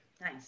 Nice